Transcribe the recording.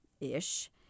ish